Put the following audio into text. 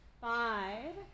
five